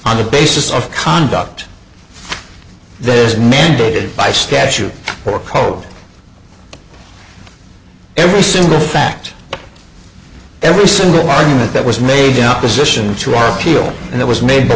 on the basis of conduct that is mandated by statute or cold every single fact every single argument that was made in opposition to our appeal and it was made the